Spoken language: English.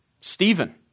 Stephen